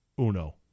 uno